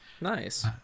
Nice